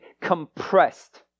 compressed